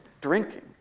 drinking